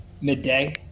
midday